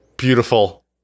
beautiful